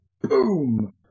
Boom